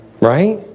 Right